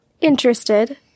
interested